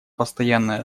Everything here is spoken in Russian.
постоянной